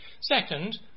Second